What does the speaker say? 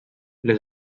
les